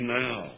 now